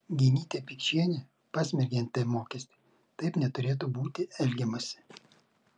genytė pikčienė pasmerkė nt mokestį taip neturėtų būti elgiamasi